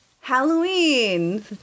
halloween